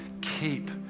keep